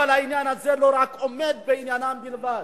אבל החוק הזה לא רק עומד בעניינם בלבד.